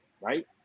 right